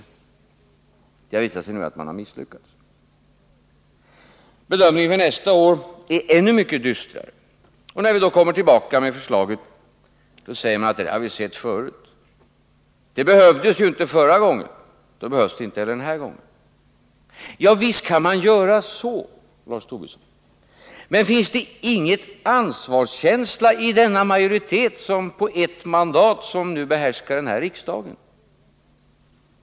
Det har nu visat sig att man har misslyckats med det. Bedömningen för nästa år är ännu mycket dystrare. Och när vi då kommer tillbaka med förslaget säger man: Det har vi sett förut. Det behövdes inte förra gången, och då behövs det ju inte heller den här gången. Ja, visst kan man göra så, Lars Tobisson, men finns det då ingen ansvarskänsla hos denna majoritet på ett mandat som nu behärskar riksdagen?